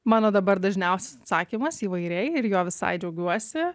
mano dabar dažniausias atsakymas įvairiai ir juo visai džiaugiuosi